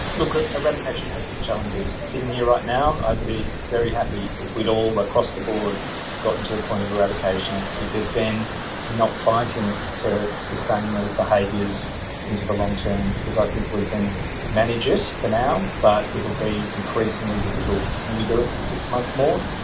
look, ah eradication has its challenges. sitting here right now i'd be very happy if we had all across the board gotten to a point of eradication because then you're not fighting to sustain these behaviours into the long term because i think we can manage it for now, but it will be increasingly difficult. can we do it for six months more?